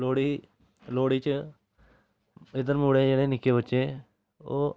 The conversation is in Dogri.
लोह्ड़ी लोह्ड़ी च इद्धर मुड़े जेह्ड़े निक्के बच्चे ओह्